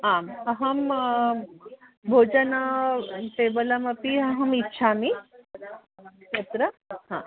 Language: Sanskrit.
आम् अहं भोजनं टेबल अपि अहमिच्छामि तत्र हा